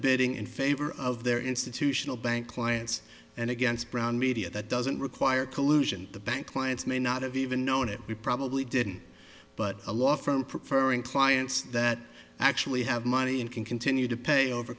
bidding in favor of their institutional bank clients and against brown media that doesn't require collusion the bank clients may not have even known it we probably didn't but a law firm preferring clients that actually have money and can continue to pay over